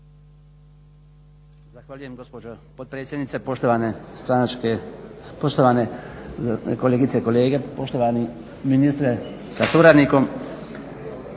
Zahvaljujem gospođo potpredsjednice. Poštovane kolegice i kolege, poštovani ministre sa suradnikom.